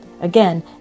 Again